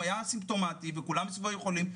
היה סימפטומטי וכולם סביבו היו חולים,